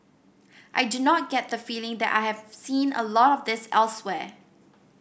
I do not get the feeling that I have seen a lot of this elsewhere